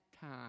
time